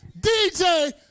DJ